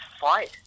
fight